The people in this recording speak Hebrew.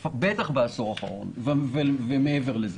בטח בעשור האחרון ומעבר לזה,